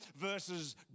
versus